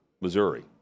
Missouri